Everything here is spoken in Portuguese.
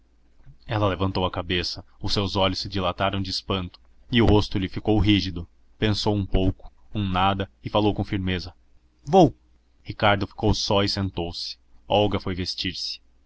ela levantou a cabeça os seus olhos se dilataram de espanto e o rosto lhe ficou rígido pensou um pouco um nada e falou com firmeza vou ricardo ficou só e sentou-se olga foi vestir-se